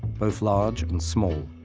both large and small,